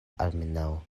almenaŭ